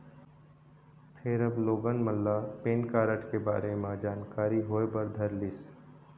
फेर अब लोगन मन ल पेन कारड के बारे म जानकारी होय बर धरलिस